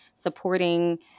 supporting